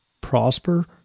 Prosper –